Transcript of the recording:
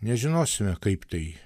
nežinosime kaip tai